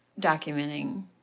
documenting